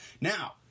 Now